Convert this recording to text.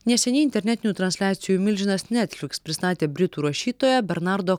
neseniai internetinių transliacijų milžinas netfliks pristatė britų rašytojo bernardo